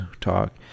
talk